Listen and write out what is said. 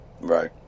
Right